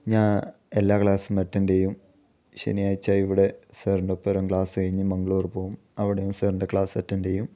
ഞാൻ എല്ലാ ക്ലാസ്സും അറ്റെൻഡ് ചെയ്യും ശനിയാഴ്ച ഇവിടെ സാറിൻ്റെ ഒപ്പം ക്ലാസ് കഴിഞ്ഞ് മങ്ക്ളൂർ പോവും അവിടെയും സാറിൻ്റെ ക്ലാസ് അറ്റെൻഡ് ചെയ്യും